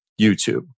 YouTube